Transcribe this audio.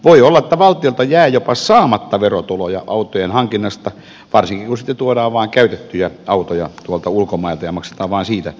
voi olla että valtiolta jää jopa saamatta verotuloja autojen hankinnasta varsinkin kun sitten tuodaan vain käytettyjä autoja tuolta ulkomailta ja maksetaan vain siitä sitten veroa